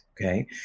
Okay